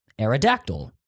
Aerodactyl